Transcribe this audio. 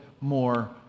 more